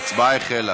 ההצבעה החלה.